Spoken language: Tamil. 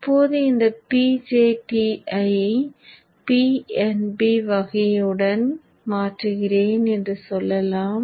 இப்போது இந்த BJT ஐ PNP வகையுடன் மாற்றுகிறேன் என்று சொல்லலாம்